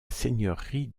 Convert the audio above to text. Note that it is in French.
seigneurie